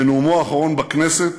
בנאומו האחרון בכנסת,